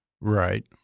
Right